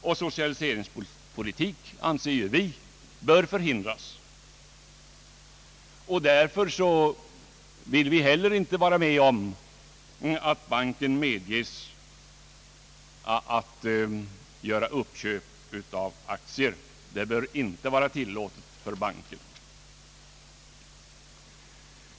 Sådan socialiseringspolitik anser vi bör förhindras. Vi vill därför inte heller vara med om att det skall vara tilllåtet för banken att göra uppköp av aktier.